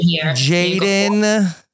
Jaden